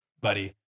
buddy